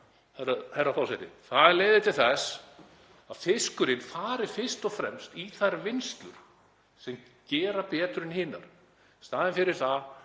Það leiðir til þess að fiskurinn fer fyrst og fremst í þær vinnslur sem gera betur en hinar, í staðinn fyrir að